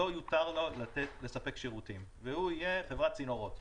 לא יותר לו לספק שירותים והוא יהיה חברת צינורות.